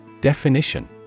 Definition